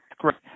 correct